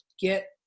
Get